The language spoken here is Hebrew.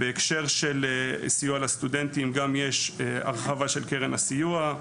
בהקשר של סיוע לסטודנטים יש גם הרחבה של קרן הסיוע,